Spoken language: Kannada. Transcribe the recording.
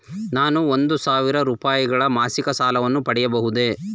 ನಾನು ಒಂದು ಸಾವಿರ ರೂಪಾಯಿಗಳ ಮಾಸಿಕ ಸಾಲವನ್ನು ಪಡೆಯಬಹುದೇ?